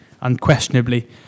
unquestionably